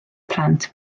plant